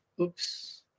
oops